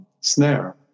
snare